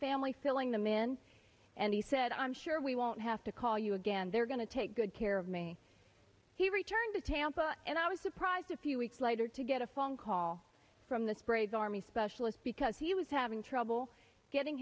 family filling them in and he said i'm sure we won't have to call you again they're going to take good care of me he returned to tampa and i was surprised a few weeks later to get a phone call from this brave army specialist because he was having trouble getting